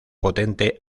potente